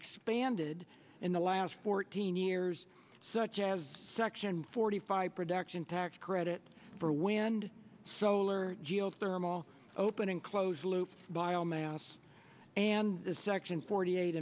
expanded in the last fourteen years such as section forty five production tax credit for wind solar geothermal open and closed loop bio mass and this section forty eight